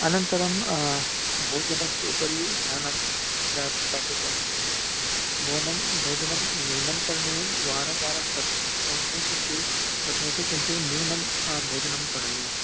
अनन्तरं भोजनस्य उपरि ध्यानं दातव्यमस्ति भोजनं न्यूनं करणीयं वारं वारं कर्तुं शक्नोमि किन्तु शक्नोति किन्तु न्यूनं भोजनं करणीयं